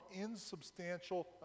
insubstantial